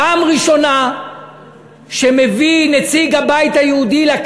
זו פעם ראשונה שנציג הבית היהודי מביא